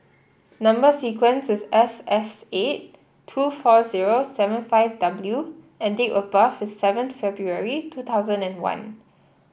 number sequence is S S eight two four zero seven five W and date of birth is seventh February two thousand and one